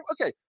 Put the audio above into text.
Okay